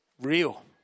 real